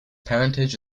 parentage